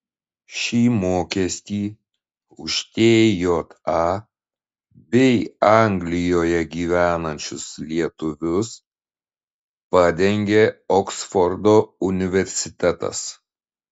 šį mokestį už tja bei anglijoje gyvenančius lietuvius padengė oksfordo universitetas